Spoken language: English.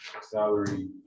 salary